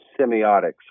semiotics